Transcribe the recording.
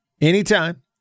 anytime